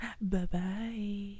Bye-bye